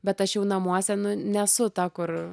bet aš jau namuose nesu ta kur